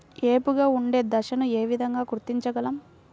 ఏపుగా ఉండే దశను ఏ విధంగా గుర్తించగలం?